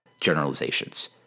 generalizations